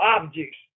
objects